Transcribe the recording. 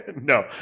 No